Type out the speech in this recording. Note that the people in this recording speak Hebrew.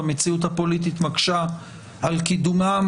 המציאות הפוליטית מקשה על קידומן,